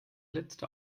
letzte